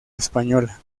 española